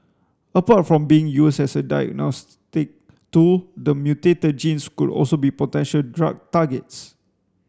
apart from being used as a diagnostic tool the mutated genes could also be potential drug targets